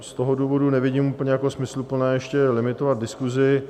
Z toho důvodu nevidím úplně jako smysluplné ještě limitovat diskusi.